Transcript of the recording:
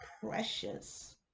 precious